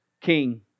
king